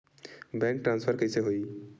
Bank transfer कइसे होही?